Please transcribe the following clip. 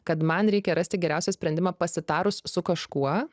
kad man reikia rasti geriausią sprendimą pasitarus su kažkuo